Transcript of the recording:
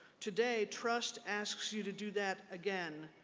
today trust asks you to do that again.